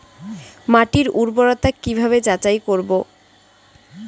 মাটির উর্বরতা কি ভাবে যাচাই করব?